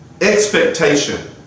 expectation